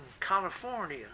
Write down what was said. California